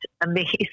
amazing